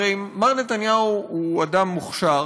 הרי מר נתניהו הוא אדם מוכשר,